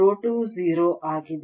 rho 2 0 ಆಗಿದೆ